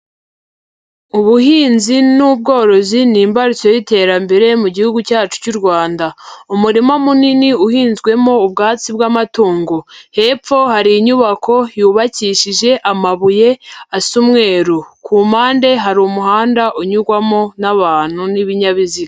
Ubuhinzi n'ubworozi ni imbarutso y'iterambere mu gihugu cyacu cy'u Rwanda, umurima munini uhinzwemo ubwatsi bw'amatungo, hepfo hari inyubako yubakishije amabuye asa umweru, ku mpande hari umuhanda unyugwamo n'abantu n'ibinyabiziga.